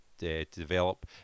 develop